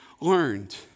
learned